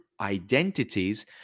identities